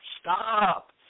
stop